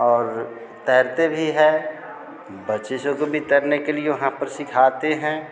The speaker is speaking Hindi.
और तैरते भी हैं बच्ची सबको भी तैरने के लिए वहाँ पर सिखाते हैं